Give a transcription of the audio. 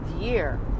year